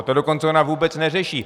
To dokonce ona vůbec neřeší.